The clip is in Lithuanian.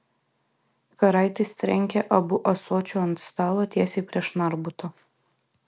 karaitis trenkė abu ąsočiu ant stalo tiesiai prieš narbutą